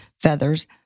feathers